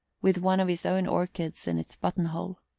with one of his own orchids in its buttonhole.